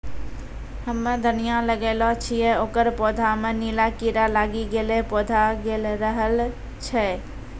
हम्मे धनिया लगैलो छियै ओकर पौधा मे नीला कीड़ा लागी गैलै पौधा गैलरहल छै?